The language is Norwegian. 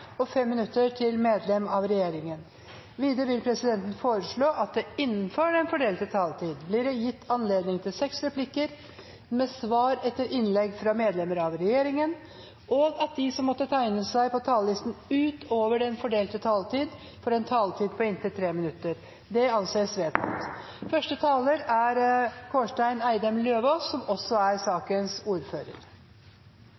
og fem replikker med svar etter innlegg fra medlemmer av regjeringen innenfor den fordelte taletid, og at de som måtte tegne seg på talerlisten utover den fordelte taletid, får en taletid på inntil 3 minutter. – Det anses vedtatt. La meg først si at dette er